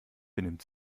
benimmt